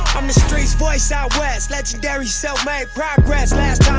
i'm the street's voice out west legendary self-made progress